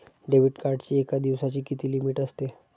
Debit कार्डची एका दिवसाची किती लिमिट असते?